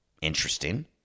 interesting